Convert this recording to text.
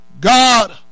God